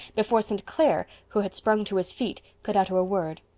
before st. clair, who had sprung to his feet, could utter a word.